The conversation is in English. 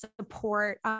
support